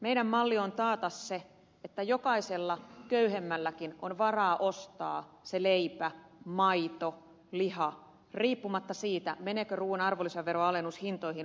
meidän mallimme on taata se että jokaisella köyhemmälläkin on varaa ostaa se leipä maito liha riippumatta siitä meneekö ruuan arvonlisäveron alennus hintoihin vai ei